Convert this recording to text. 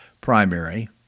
primary